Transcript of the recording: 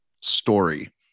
story